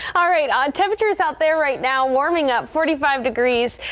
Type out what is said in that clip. all right on temperatures out there right now warming up forty five degrees.